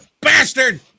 Bastard